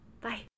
Bye